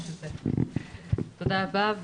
תודה רבה.